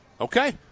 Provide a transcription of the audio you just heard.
Okay